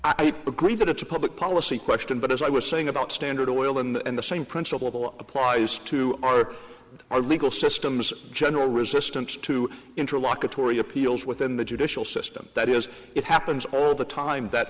i agree that it's a public policy question but as i was saying about standard oil and the same principle applies to our i recall systems general resistance to interlock a tory appeals within the judicial system that is it happens all the time that